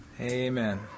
Amen